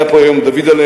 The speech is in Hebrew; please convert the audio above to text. היה פה היום דוד'לה,